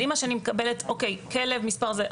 אז אני מקבלת כלב מס' זה,